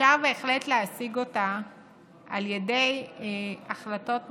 ואפשר בהחלט להשיג אותה על ידי החלטות משלימות.